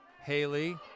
Haley